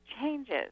changes